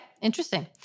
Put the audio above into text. interesting